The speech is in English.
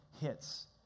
hits